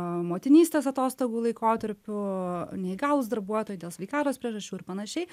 motinystės atostogų laikotarpiu neįgalūs darbuotojai dėl sveikatos priežasčių ir panašiai